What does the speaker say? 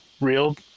real